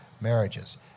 marriages